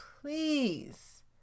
please